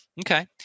Okay